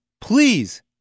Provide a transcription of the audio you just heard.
please